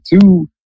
two